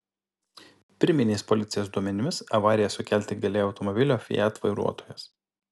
pirminiais policijos duomenimis avariją sukelti galėjo automobilio fiat vairuotojas